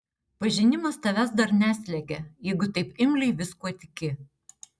pažinimas tavęs dar neslegia jeigu taip imliai viskuo tiki